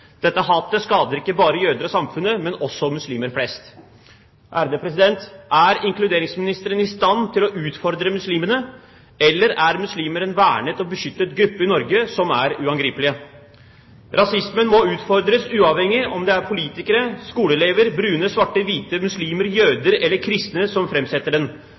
Dette hatet skader ikke bare jøder og samfunnet, men også muslimer flest. Er inkluderingsministeren i stand til å utfordre muslimene, eller er muslimer en vernet og beskyttet gruppe i Norge som er uangripelig? Rasismen må utfordres, uavhengig av om det er politikere, skoleelever, brune, svarte, hvite, muslimer, jøder eller kristne som framsetter den.